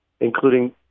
including